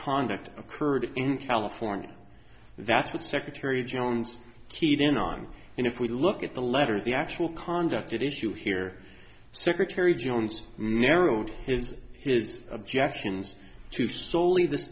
conduct occurred in california that's what secretary jones keyed in on and if we look at the letter the actual conduct at issue here secretary jones narrowed his his objections to solely this